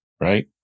right